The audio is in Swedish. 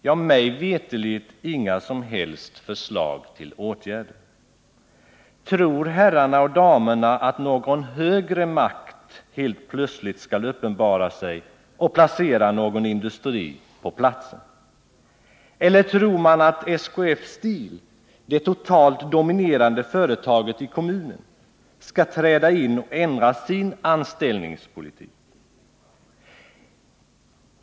Mig veterligt framför utskottet inga som helst förslag till åtgärder. Tror herrarna och damerna där att någon högre makt helt plötsligt skall uppenbara sig och placera någon industri på platsen? Eller tror man att SKF Steel, det totalt dominerande företaget i kommunen, skall träda in och ändra sin anställningspolitik?